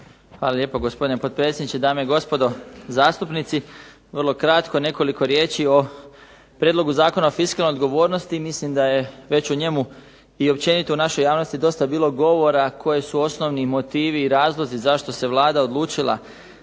Hvala lijepo, gospodine potpredsjedniče. Dame i gospodo zastupnici. Vrlo kratko nekoliko riječi o Prijedlogu zakona o fiskalnoj odgovornosti. Mislim da je već o njemu i općenito u našoj javnosti dosta bilo govora koji su osnovni motivi i razlozi zašto se Vlada odlučila